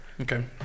Okay